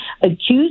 accused